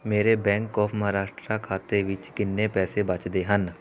ਮੇਰੇ Bank of Maharashtra ਖਾਤੇ ਵਿੱਚ ਕਿੰਨੇ ਪੈਸੇ ਬਚਦੇ ਹਨ